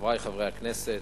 חברי חברי הכנסת,